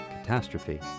catastrophe